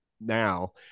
now